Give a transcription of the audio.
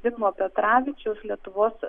zigmo petravičiaus lietuvos